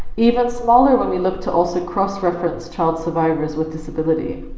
even smaller when we look to also cross-reference child survivors with disability.